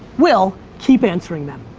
we'll keep answering them.